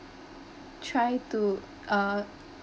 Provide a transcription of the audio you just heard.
try to uh